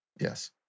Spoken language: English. Yes